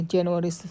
January